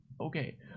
Okay